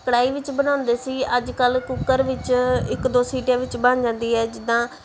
ਕੜਾਹੀ ਵਿੱਚ ਬਣਾਉਂਦੇ ਸੀ ਅੱਜ ਕੱਲ ਕੁੱਕਰ ਵਿੱਚ ਇੱਕ ਦੋ ਸੀਟੀਆਂ ਵਿੱਚ ਬਣ ਜਾਂਦੀ ਹੈ ਜਿੱਦਾਂ